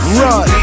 run